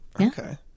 Okay